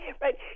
right